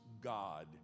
God